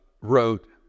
wrote